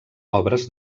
obres